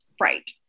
right